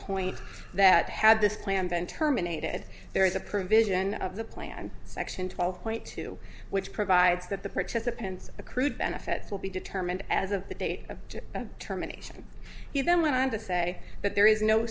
point that had this plan been terminated there is a provision of the plan section twelve point two which provides that the participants accrued benefits will be determined as of the date of terminations he then went on to say that there is no